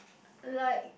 like